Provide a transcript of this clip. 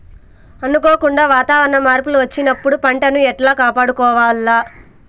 అనుకోకుండా వాతావరణ మార్పులు వచ్చినప్పుడు పంటను ఎట్లా కాపాడుకోవాల్ల?